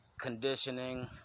conditioning